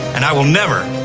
and i will never,